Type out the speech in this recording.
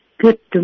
Good